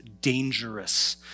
dangerous